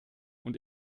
und